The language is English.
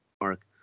mark